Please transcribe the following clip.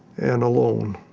and alone.